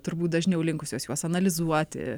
turbūt dažniau linkusios juos analizuoti